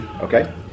Okay